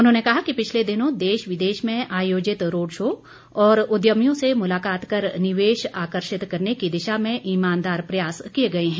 उन्होंने कहा कि पिछले दिनों देश विदेश में आयोजित रोड शो और उद्यमियों से मुलाकात कर निवेश आकर्षित करने की दिशा में ईमानदार प्रयास किए गए हैं